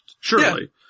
Surely